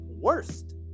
worst